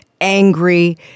angry